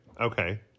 Okay